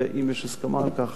ואם יש הסכמה לכך,